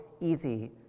easy